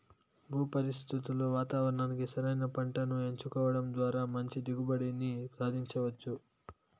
భూ పరిస్థితులు వాతావరణానికి సరైన పంటను ఎంచుకోవడం ద్వారా మంచి దిగుబడిని సాధించవచ్చు